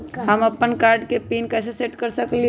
हम अपन कार्ड के पिन कैसे सेट कर सकली ह?